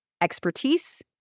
expertise